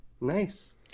Nice